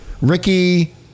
Ricky